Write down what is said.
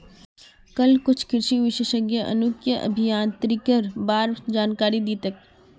कल कुछ कृषि विशेषज्ञ जनुकीय अभियांत्रिकीर बा र जानकारी दी तेक